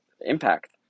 impact